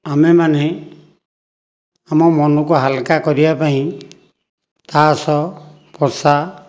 ଆମେମାନେ ଆମ ମନକୁ ହାଲୁକା କରିବା ପାଇଁ ତାସ୍ ପସା